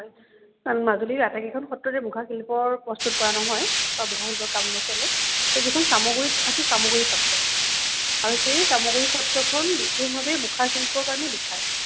মাজুলীৰ আটকেইখন সত্ৰতে মুখা শিল্প প্ৰস্তুত কৰা নহয় বা মুখা শিল্পৰ কাম নচলে যিখন চামগুৰিত আছে চামগুৰি সত্ৰ আৰু সেই চামগুৰি সত্ৰখন বিশেষভাৱে মুখা শিল্পৰ কাৰণে বিখ্যাত